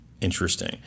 interesting